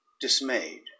dismayed